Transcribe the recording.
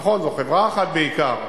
נכון, זו חברה אחת בעיקר.